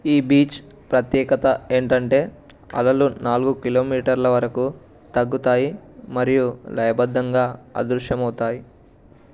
ఈ బీచ్ ప్రత్యేకత ఏటంటే అలలు నాలుగు కిలోమీటర్ల వరకు తగ్గుతాయి మరియు లయబద్ధంగా అదృశ్యమవుతాయి